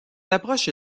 approche